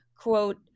quote